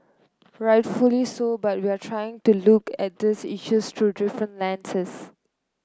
rightfully so but we are trying to look at these issues through different lenses